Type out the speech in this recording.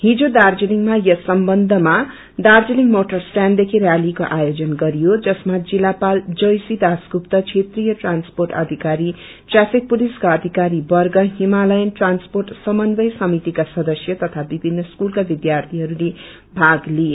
हिजो दार्जीलिङमा यस सम्बन्धमा दार्जीलिङ मोटर स्टयश्रण्ड देखि रैलीको आयोजन गरियो जसमा जिल्लपत जोयसी दासगुप्ता ढा क्षत्रिय ट्रान्सर्पोट अधिकारी ट्राफिक पुलिसका अधिकारी वर्ग हिमालयन ट्रान्सपोट समन्वय समितिका सदस्य तथ विभिन्न स्कूलका विध्यार्थीहरूले भाग लिए